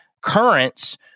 currents